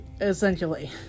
essentially